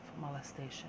molestation